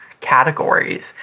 categories